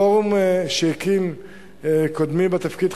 פורום שהקים קודמי בתפקיד,